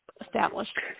established